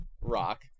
rock